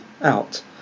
out